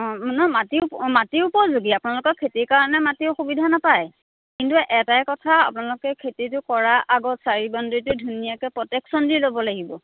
অঁ মানে মাটিৰ ওপৰত অঁ মাটি উপযোগী আৰু আপোনালোকৰ খেতিৰ কাৰণে মাটি অসুবিধা নাপায় কিন্তু এটাই কথা আপোনালোকে খেতিটো কৰাৰ আগত চাৰি বাউণ্ডেৰিটো ধুনীয়াকৈ প্ৰটেকশ্যন দি ল'ব লাগিব